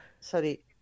Sorry